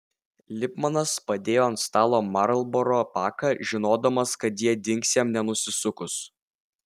lipmanas padėjo ant stalo marlboro paką žinodamas kad jie dings jam nenusisukus